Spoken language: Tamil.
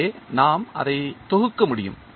எனவே நாம் அதை தொகுக்க முடியும்